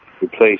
replace